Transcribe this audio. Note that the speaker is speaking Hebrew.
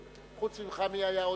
אורי, חוץ ממך מי עוד היה יוזם?